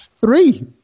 three